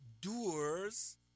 Doers